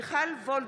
מיכל וולדיגר,